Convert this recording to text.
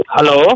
Hello